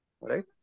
Right